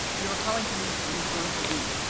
we were calling police at least once a week.